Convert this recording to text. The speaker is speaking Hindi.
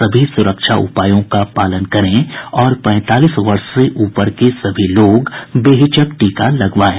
सभी सुरक्षा उपायों का पालन करें और पैंतालीस वर्ष से ऊपर के सभी लोग बेहिचक टीका लगवाएं